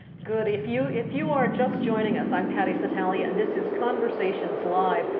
good. if you if you are just joining us i'm patty satalia and this is conversations live,